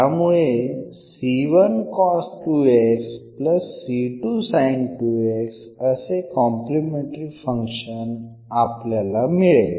त्यामुळे असे complementary function आपल्याला मिळेल